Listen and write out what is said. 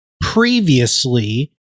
previously